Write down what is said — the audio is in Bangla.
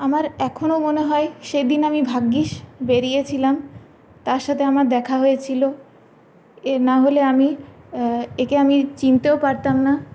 আমার এখনো মনে হয় সেদিন আমিই ভাগ্যিস বেরিয়েছিলাম তার সাথে আমার দেখা হয়েছিলো এ না হলে আমি একে আমি চিনতেও পারতাম না